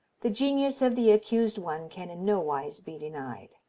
the genius of the accused one can in no wise be denied.